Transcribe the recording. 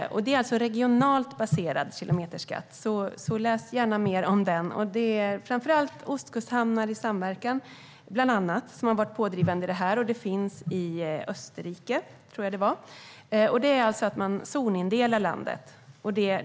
Det är en regionalt baserad kilometerskatt. Läs gärna mer om den. Det är framför allt bland annat Ostkusthamnar i samverkan som har varit pådrivande i detta. Det finns i Österrike, tror jag det var. Det handlar om att man zonindelar landet.